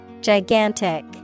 Gigantic